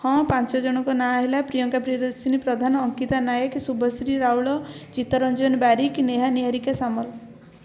ହଁ ପାଞ୍ଚ ଜଣଙ୍କର ନାଁ ହେଲା ପ୍ରିୟଙ୍କା ପ୍ରିୟଦର୍ଶିନୀ ପ୍ରଧାନ ଅଙ୍କିତା ନାୟକ ଶୁଭଶ୍ରୀ ରାଉଳ ଚିତ୍ତରଞ୍ଜନ ବାରିକ ନେହା ନିହାରିକା ସାମଲ